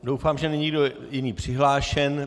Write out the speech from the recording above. Doufám, že není nikdo jiný přihlášen.